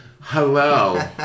Hello